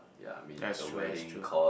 yeah that's true that's true